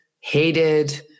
hated